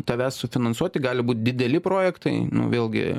tavęs sufinansuoti gali būt dideli projektai nu vėlgi